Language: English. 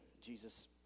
Jesus